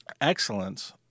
Excellence